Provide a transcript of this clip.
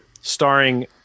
Starring